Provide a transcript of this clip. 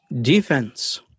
defense